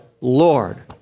Lord